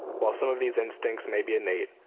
while some of these instincts may be innate,